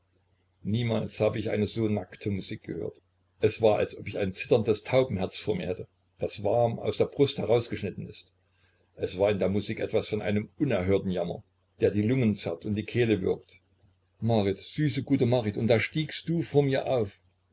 niemals habe ich eine so nackte musik gehört es war als ob ich ein zitterndes taubenherz vor mir hätte das warm aus der brust herausgeschnitten ist es war da in der musik etwas von einem unerhörten jammer der die lungen zerrt und die kehle würgt marit süße gute marit und da stiegst du vor mir auf